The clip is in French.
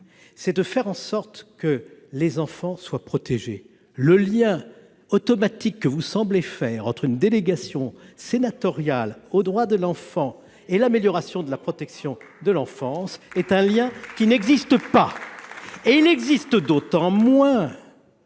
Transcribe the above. c'est de faire en sorte que les enfants soient protégés. Bien sûr ! Le lien automatique que vous semblez faire entre une délégation sénatoriale aux droits de l'enfant et l'amélioration de la protection de l'enfance n'existe pas. Bravo ! Ce n'est pas cela ! Il existe d'autant moins